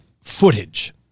footage